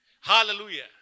Hallelujah